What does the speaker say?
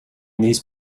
these